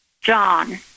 John